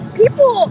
people